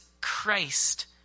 Christ